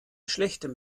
schlechtem